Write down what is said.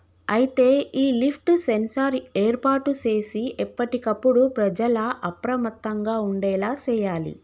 అయితే ఈ lift sensor ఏర్పాటు సేసి ఎప్పటికప్పుడు ప్రజల అప్రమత్తంగా ఉండేలా సేయాలి